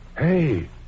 Hey